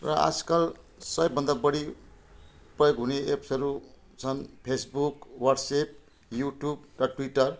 र आजकल सबैभन्दा बढी प्रयोग हुने एप्सहरू छन् फेसबुक व्हाट्सेप युट्युब र ट्विटर